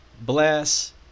bless